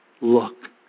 Look